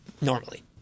Normally